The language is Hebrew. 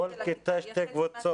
בכל כיתה יש שתי קבוצות.